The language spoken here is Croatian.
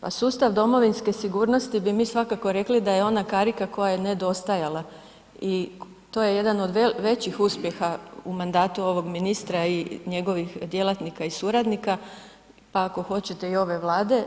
Pa sustav domovinske sigurnosti bi mi svakako rekli da je ona karika koja je nedostajala i to je jedan od većih uspjeha u mandatu ovog ministra i njegovih djelatnika i suradnika, pa ako hoćete i ove Vlade.